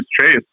Chase